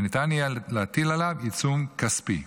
וניתן יהיה להטיל עליו עיצום כספי.